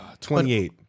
28